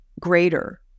greater